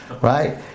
right